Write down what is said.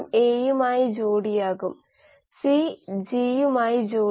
കോശത്തിലെ എല്ലാ ഫ്ലക്സുകളുടെയും പൂർണ്ണമായ പ്രാതിനിധ്യമാണ് ഫ്ലക്സോം